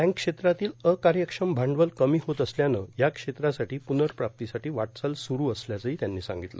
bank क्षेत्रातील अकार्यक्षम भांडवल कमी होत असल्यानं या क्षेत्रासाठी पुर्नप्राप्तीसाठी वाटचाल सुरू असल्याचंही त्यांनी सांगितलं